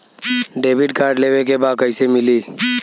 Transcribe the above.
Debit card लेवे के बा कईसे मिली?